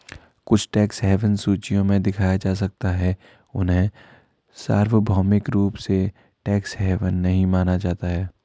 कुछ tax haven सूचियों में दिखाया जा सकता है, उन्हें सार्वभौमिक रूप से टैक्स हेवन नहीं माना जाता है